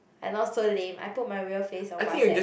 I not so lame I put my real face on WhatsApp